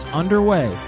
underway